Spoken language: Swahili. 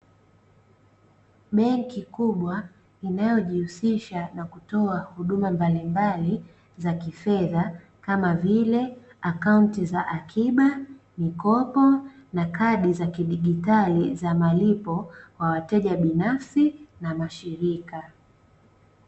Benki kubwa inayojihusisha na kutoa huduma mbalimbali za kifedha kama vile akaunti za akiba, mikopo na kadi za kidijitali za malipo kwa wateja binafsi na mashirika.